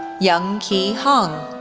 young ki hong,